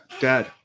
dad